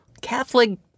Catholic